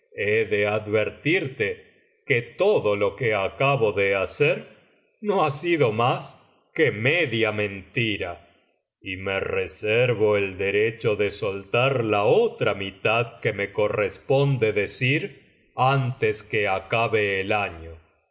de advertirte que todo lo que acabo de hacer no ha sido mas que media mentira y me reservo el derecho de soltar la otra mitad que me corresponde decir antes que acabe el año